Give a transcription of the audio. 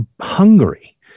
Hungary